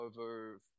over